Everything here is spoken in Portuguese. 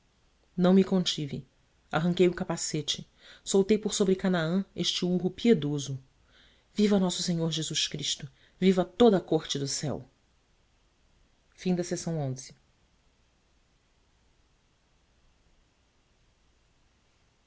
não me contive arranquei o capacete soltei por sobre canaã este urro piedoso viva nosso senhor jesus cristo viva toda a corte do céu cedo